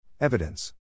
Evidence